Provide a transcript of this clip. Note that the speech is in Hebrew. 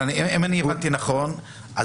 אם הבנתי נכון,